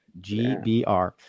GBR